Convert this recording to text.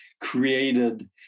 created